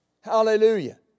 Hallelujah